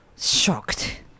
shocked